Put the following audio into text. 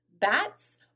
Bats